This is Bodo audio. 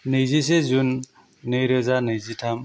नैजिसे जुन नैरोजा नैजिथाम